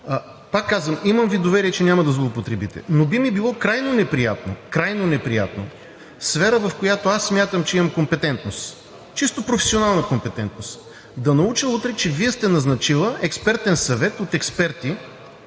Пак казвам, имам Ви доверие, че няма да злоупотребите, но би ми било крайно неприятно, крайно неприятно, сфера, в която аз смятам, че имам компетентност – чисто професионална компетентност, да науча утре, че Вие сте назначили експертен съвет от експерти,